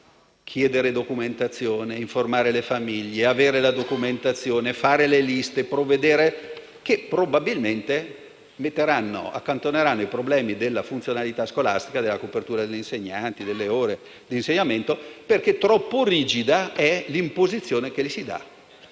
in esame. Dovranno informare le famiglie, chiedere e ottenere la documentazione, fare le liste, provvedere: probabilmente accantoneranno i problemi della funzionalità scolastica, della copertura degli insegnanti, delle ore dell'insegnamento perché troppo rigida è l'imposizione che gli si dà